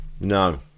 No